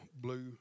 blue